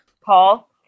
Paul